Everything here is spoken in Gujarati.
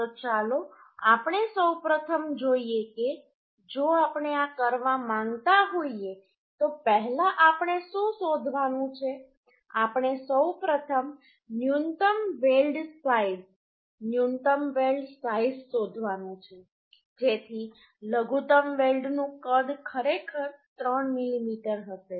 તો ચાલો આપણે સૌ પ્રથમ જોઈએ કે જો આપણે આ કરવા માંગતા હોઈએ તો પહેલા આપણે શું શોધવાનું છે આપણે સૌપ્રથમ ન્યુનત્તમ વેલ્ડ સાઈઝ ન્યુનત્તમ વેલ્ડ સાઈઝ શોધવાનું છે જેથી લઘુત્તમ વેલ્ડનું કદ ખરેખર 3 મીમી હશે